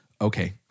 okay